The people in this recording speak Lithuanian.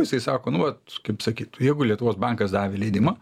jisai sako nu vat kaip sakyt jeigu lietuvos bankas davė leidimą